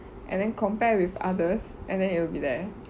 and then compare with others and then it'll be there